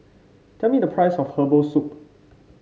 tell me the price of Herbal Soup